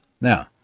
Now